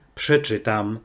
przeczytam